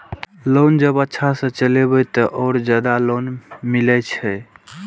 Loan जब अच्छा से चलेबे तो और ज्यादा लोन मिले छै?